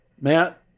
Matt